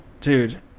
dude